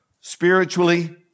spiritually